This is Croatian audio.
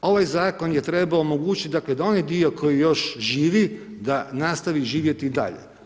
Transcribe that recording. Ovaj zakon je trebao omogućiti, dakle da onaj dio koji još živi da nastavi živjeti i dalje.